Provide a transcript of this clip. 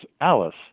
Alice